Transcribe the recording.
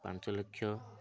ପାଞ୍ଚ ଲକ୍ଷ